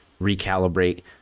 recalibrate